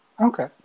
Okay